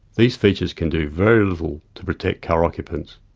these features can do very little to protect car occupants.